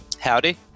Howdy